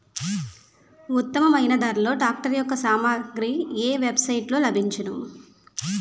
ఉత్తమమైన ధరలో ట్రాక్టర్ యెక్క సామాగ్రి ఏ వెబ్ సైట్ లో లభించును?